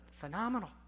Phenomenal